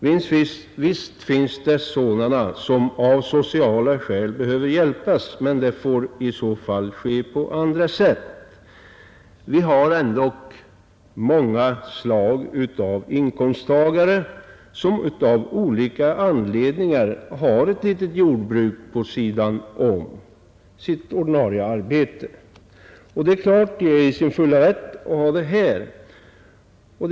Visst finns det personer som av sociala skäl behöver hjälp, men den hjälpen får lämnas på andra sätt. Vi har många slag av inkomsttagare som av olika anledningar driver ett litet jordbruk vid sidan av sitt ordinarie arbete. De är naturligtvis i sin fulla rätt därtill.